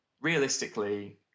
realistically